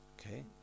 Okay